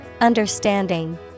Understanding